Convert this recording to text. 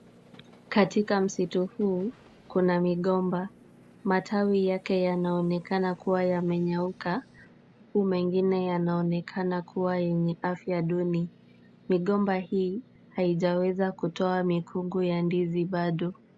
Katika msitu huu kuna migomba. Matawi yake yanaonekana kuwa yamenyauka huku mengine yanaonekana kuwa yenye afya duni. Migomba hii haijaweza kutoa mikungu ya ndizi bado.